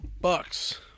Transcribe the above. bucks